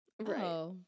Right